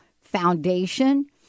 foundation